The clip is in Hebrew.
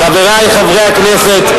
חברי חברי הכנסת,